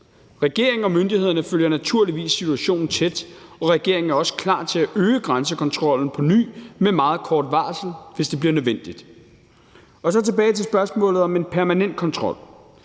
Regeringen og myndighederne følger naturligvis situationen tæt, og regeringen er også klar til at øge grænsekontrollen på ny med meget kort varsel, hvis det bliver nødvendigt. Og så tilbage til spørgsmålet om en permanent kontrol.